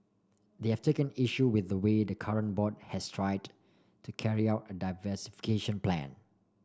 they have taken issue with the way the current board has tried to carry out a diversification plan